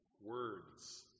Words